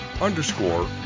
underscore